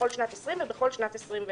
בכל שנת 2020, ובכל שנת 2021,